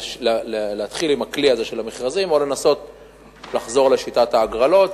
להתחיל עם הכלי הזה של המכרזים או לנסות לחזור לשיטת ההגרלות.